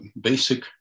basic